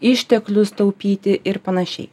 išteklius taupyti ir panašiai